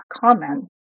common